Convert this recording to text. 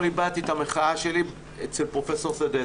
הבעתי את המחאה שלי אצל פרופ' סדצקי,